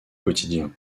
quotidien